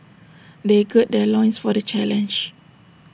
they gird their loins for the challenge